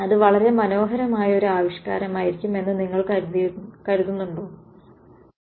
അത് വളരെ മനോഹരമായ ഒരു ആവിഷ്കാരമായിരിക്കും എന്ന് നിങ്ങൾ കരുതുന്നുണ്ടോ